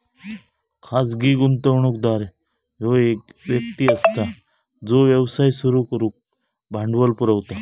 खाजगी गुंतवणूकदार ह्यो एक व्यक्ती असता जो व्यवसाय सुरू करुक भांडवल पुरवता